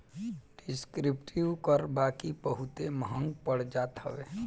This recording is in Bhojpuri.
डिस्क्रिप्टिव कर बाकी बहुते महंग पड़ जात हवे